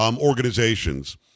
organizations